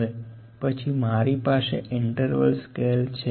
હવે પછી મારી પાસે ઇન્ટરવલ સ્કેલ છે